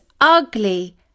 ugly